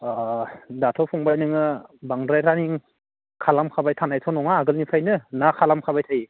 अह दाथ' फंबाय नोङो बांद्राय रानिं खालामखाबाय थानायथ' नङा आगोलनिफ्रायनो ना खालामखाबाय थायो